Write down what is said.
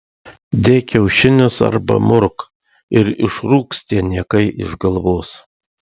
dėk kiaušinius arba murk ir išrūks tie niekai iš galvos